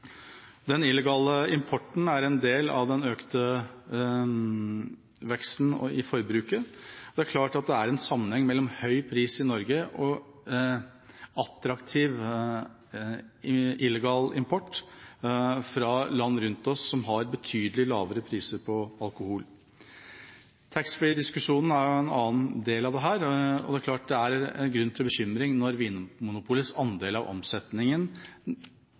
Den illegale importen er en del av den økte veksten i forbruket. Det er klart at det er en sammenheng mellom høy pris i Norge og attraktiv, illegal import fra land rundt oss som har betydelig lavere priser på alkohol. Taxfree-diskusjonen er en annen del av dette, og det er klart at det er grunn til bekymring når Vinmonopolets andel av omsetningen